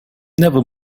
never